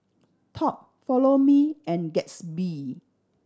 Top Follow Me and Gatsby